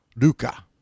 Luca